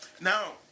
Now